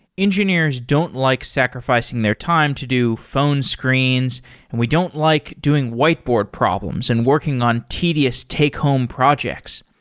engineers don't like sacrificing their time to do phone screens and we don't like doing whiteboard problems and working on tedious take-home projects.